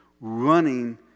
running